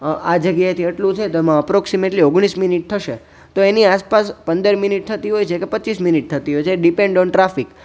આ જગ્યાએથી એટલું છે અપ્રોક્ષીમેટલી ઓગણીસ મિનિટ થશે તો એની આસપાસ પંદર મિનિટ થતી હોય કે પચીસ મિનિટ થતી હોય ડિપેન્ડ ઓન ટ્રાફિક